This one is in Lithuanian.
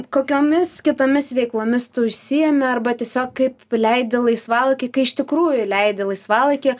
kokiomis kitomis veiklomis tu užsiimi arba tiesiog kaip leidi laisvalaikį kai iš tikrųjų leidi laisvalaikį